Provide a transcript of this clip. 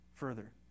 further